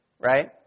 right